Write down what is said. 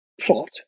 plot